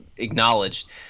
acknowledged